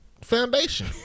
foundation